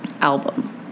album